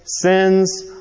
sins